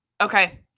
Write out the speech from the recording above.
Okay